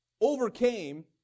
overcame